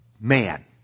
man